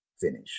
finish